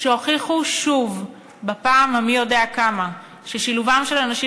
שהוכיחו שוב בפעם המי-יודע-כמה ששילובם של אנשים